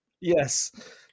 Yes